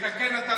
לתקן אתה לא יודע.